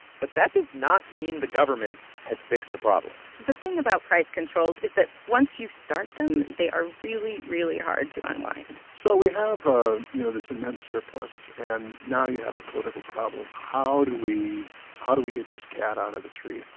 but that does not mean the government had fixed the problem the thing about price controls is that once you start them, they are really, really hard to unwind so we have, ah you know, this immense surplus, and now you have the political problem. how do we how do we get this cat out of the tree?